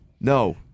No